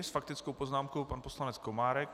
S faktickou poznámkou pan poslanec Komárek.